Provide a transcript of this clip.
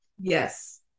yes